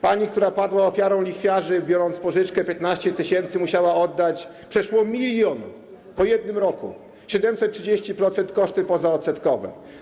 Pani, która padła ofiarą lichwiarzy, po wzięciu pożyczki wysokości 15 tys., musiała oddać przeszło milion po jednym roku, 730% to koszty pozaodsetkowe.